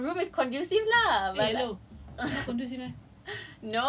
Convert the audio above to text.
ah it's focus more if your if your room is conducive lah but